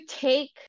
take